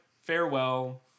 Farewell